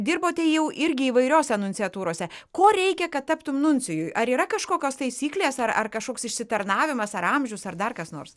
dirbote jau irgi įvairiose nunciatūrose ko reikia kad taptum nuncijui ar yra kažkokios taisyklės ar ar kažkoks išsitarnavimas ar amžius ar dar kas nors